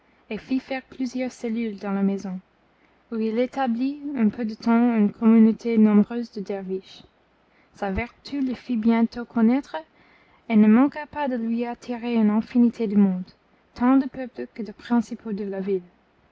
faire plusieurs cellules dans la maison où il établit en peu de temps une communauté nombreuse de derviches sa vertu le fit bientôt connaître et ne manqua pas de lui attirer une infinité de monde tant du peuple que des principaux de la ville